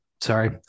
sorry